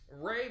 Ray